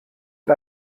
mit